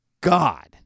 God